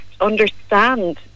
understand